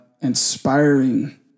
inspiring